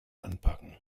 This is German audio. anpacken